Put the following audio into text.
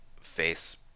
face